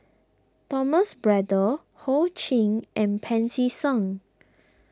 Thomas Braddell Ho Ching and Pancy Seng